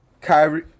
Kyrie